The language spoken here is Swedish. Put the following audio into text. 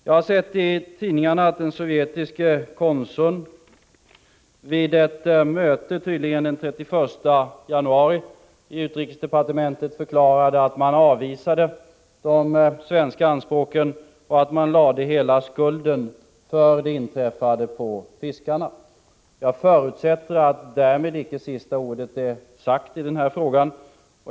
Jag har sett i tidningarna att den sovjetiske konsulten vid ett möte i utrikesdepartementet den 31 januari förklarade att man avvisade de svenska anspråken och lade hela skulden för det inträffade på fiskarna. Jag förutsätter att sista ordet därmed icke är sagt i den här frågan.